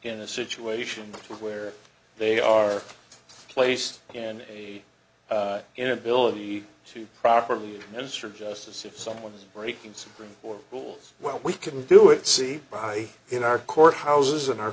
in a situation where they are placed in a inability to properly administer justice if someone is breaking supreme court rules well we can do it see high in our courthouses and our